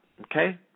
okay